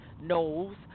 knows